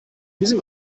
diesem